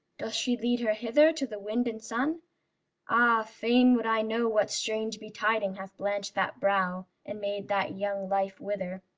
doth she lead her hither to the wind and sun ah, fain would i know what strange betiding hath blanched that brow and made that young life wither.